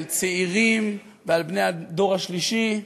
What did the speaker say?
על צעירים ועל בני הדור השלישי,